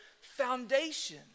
foundation